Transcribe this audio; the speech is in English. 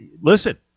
listen